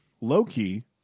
Loki